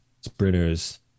sprinters